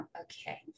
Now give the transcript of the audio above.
okay